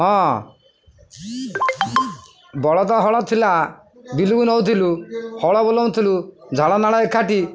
ହଁ ବଳଦ ହଳ ଥିଲା ବିଲକୁ ନେଉଥିଲୁ ହଳ ବୁଲାଉଥିଲୁ ଝାଳ ନାଳ ଏକାଠି